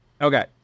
Okay